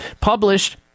published